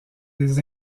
des